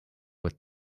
with